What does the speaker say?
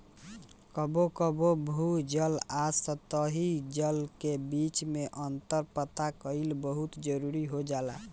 कबो कबो भू जल आ सतही जल के बीच में अंतर पता कईल बहुत जरूरी हो जाला